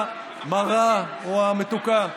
המרה או המתוקה.